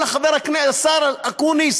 השר אקוניס,